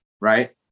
right